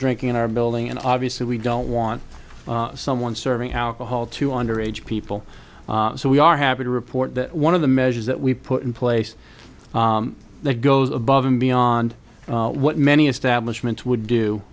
drinking in our building and obviously we don't want someone serving alcohol to underage people so we are happy to report that one of the measures that we put in place that goes above and beyond what many establishment would do